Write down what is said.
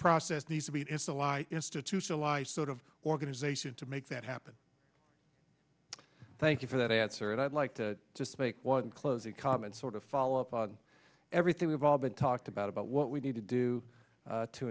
process needs to be it is the law institutionalized sort of organization to make that happen thank you for that answer and i'd like to just make one closing comments sort of follow up on everything we've all been talked about about what we need to do